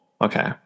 okay